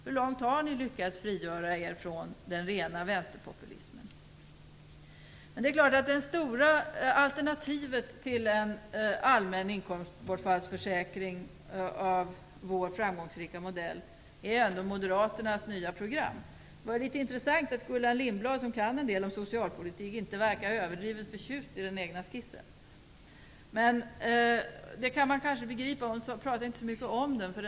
Hur långt har ni lyckats frigöra er från den rena vänsterpopulismen? Det stora alternativet till en allmän inkomstbortfallsförsäkring av vår framgångsrika modell är ändå moderaternas nya program. Det var intressant att Gullan Lindblad som kan en hel del om socialpolitik inte verkade överdrivet förtjust i den egna skissen. Men det kan man kanske begripa. Hon sade inte så mycket om den.